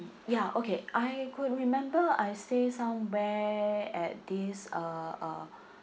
ya okay I could remember I stay somewhere at this uh uh